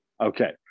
okay